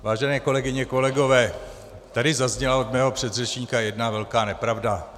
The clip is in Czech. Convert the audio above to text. Vážené kolegyně, kolegové, tady zazněla od mého předřečníka jedna velká nepravda.